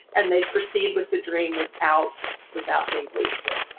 and they'd proceed with the dream without without being lucid.